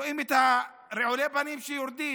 רואים את רעולי הפנים שיורדים,